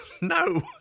No